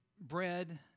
bread